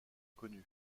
connus